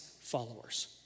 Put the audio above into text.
followers